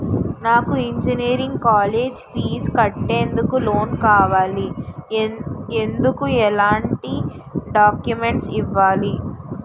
నాకు engineering college fee కట్టేందుకు loan కావాలి, ఎందుకు ఎలాంటి డాక్యుమెంట్స్ ఇవ్వాలి?